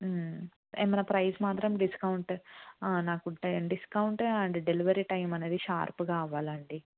ఏమైనా ప్రైస్ మాత్రం డిస్కౌంట్ నాకు ఉంటాయండి డిస్కౌంట్ అండ్ డెలివరీ టైం అనేది షార్ప్గా అవ్వాలండి